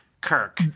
Kirk